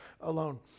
alone